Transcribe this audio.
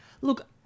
Look